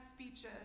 speeches